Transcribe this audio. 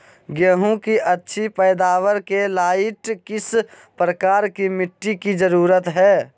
गेंहू की अच्छी पैदाबार के लाइट किस प्रकार की मिटटी की जरुरत है?